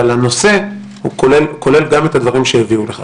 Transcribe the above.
אבל הנושא כולל גם את הדברים שהביאו לכך.